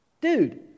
dude